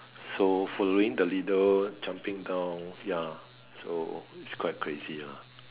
so following the leader jumping down ya so it's quite crazy ah